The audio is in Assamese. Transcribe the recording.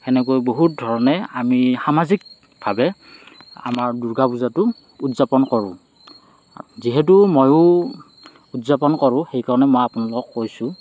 সেনেকৈ বহুত ধৰণে আমি সামাজিকভাৱে আমাৰ দুৰ্গা পূজাটো উদযাপন কৰোঁ যিহেতো ময়ো উদযাপন কৰোঁ সেইকাৰণে মই আপোনালোকক কৈছোঁ